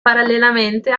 parallelamente